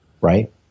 right